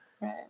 Right